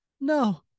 No